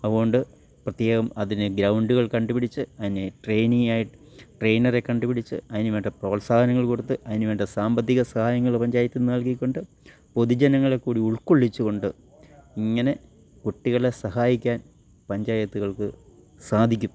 അതുകൊണ്ട് പ്രത്യേകം അതിനേ ഗ്രൗണ്ടുകൾ കണ്ടു പിടിച്ച് അതിനേ ട്രേയ്നി ആയിട്ട് ട്രെയിനറേ കണ്ടു പിടിച്ച് അതിനു വേണ്ട പ്രോത്സാഹനങ്ങൾ കൊടുത്ത് അതിനു വേണ്ട സാമ്പത്തിക സഹായങ്ങൾ പഞ്ചായത്തിൽ നിന്നു നൽകിക്കൊണ്ട് പൊതു ജനങ്ങളേക്കൂടി ഉൾക്കൊള്ളിച്ചു കൊണ്ട് ഇങ്ങനെ കുട്ടികളേ സഹായിക്കാൻ പഞ്ചായത്തുകൾക്കു സാധിക്കും